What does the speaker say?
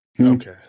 Okay